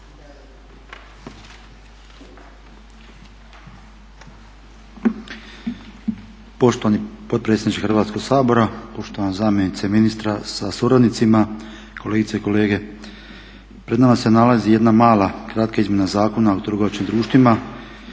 Poštovani potpredsjedniče Hrvatskog sabora, poštovana zamjenice ministra sa suradnicima, kolegice i kolege. Pred nama se nalazi jedna mala, kraka izmjena Zakona o trgovačkim društvima